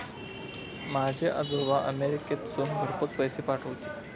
माझे आजोबा अमेरिकेतसून घरपोच पैसे पाठवूचे